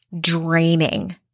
draining